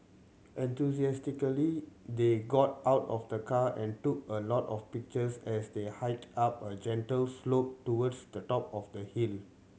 enthusiastically they got out of the car and took a lot of pictures as they hiked up a gentle slope towards the top of the hill